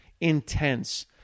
intense